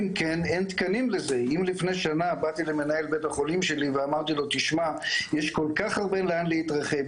לנוירולוגים אין תגמול נוסף אז צריך לחשוב,